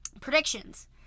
predictions